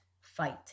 fight